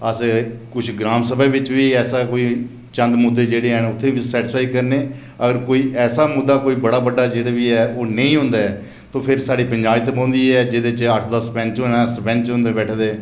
अस कुछ ग्रांम सभा बिच बी ऐसा कोई चंद मुद्धे जेहड़े हैन उत्थै बी सेटीसफाई करने अगर कोई ऐसा मुद्धा जेहड़ा बड़ा बड्डा ऐ ओह् नेई होंदा ऐ ते फिर साढी पंचायत बौंहदी ऐ जेहदे च अट्ठ दस पैंच होंदे सरपंच बी बैठदे